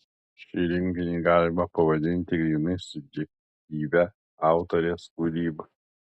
šį rinkinį galima pavadinti grynai subjektyvia autorės kūryba